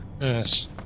Yes